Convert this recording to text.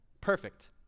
Perfect